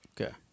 Okay